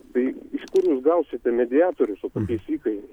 bei iš kur jūs gausite mediatorius su tokiais įkainiais